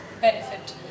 benefit